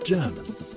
Germans